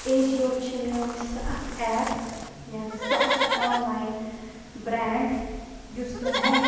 A Jio چھِ میٲنۍ سۄ اَکھ ایپ یا سُہ اَکھ آن لایِن برینڈ یُس مےٚ بَڈٕ